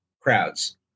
crowds